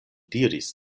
diris